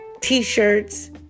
t-shirts